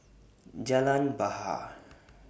Jalan Bahar